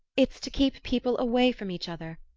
it's to keep people away from each other.